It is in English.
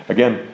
Again